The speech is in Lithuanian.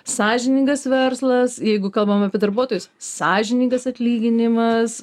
sąžiningas verslas jeigu kalbam apie darbuotojus sąžiningas atlyginimas